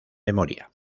memoria